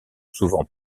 souvent